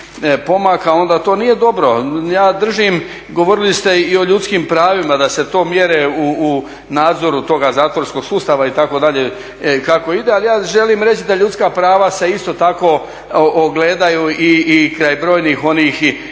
onda to nije dobro. Govorili ste i o ljudskim pravima, da se to mjeri u nadzoru toga zatvorskog sustava itd., i kako ide. Ali ja želim reći da ljudska prava se isto tako ogledaju i kraj brojnih onih